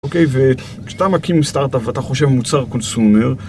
אוקיי, וכשאתה מקים עם סטארט-אפ, ואתה חושב מוצר קונסומר...